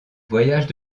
voyages